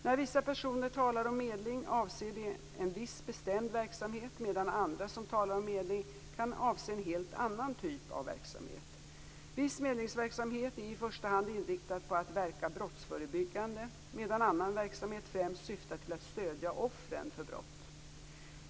När vissa personer talar om medling avser de en viss bestämd verksamhet medan andra som talar om medling kan avse en helt annan typ av verksamhet. Viss medlingsverksamhet är i första hand inriktad på att verka brottsförebyggande medan annan verksamhet främst syftar till att stödja offren för brott.